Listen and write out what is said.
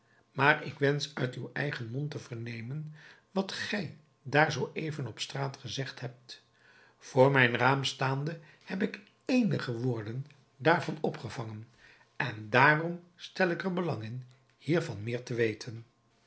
maar ik wensch uit uw eigen mond te vernemen wat gij daar zoo even op straat gezegd hebt voor mijn raam staande heb ik eenige woorden daarvan opgevangen en daarom stel ik er belang in hiervan meer te weten